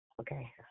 Okay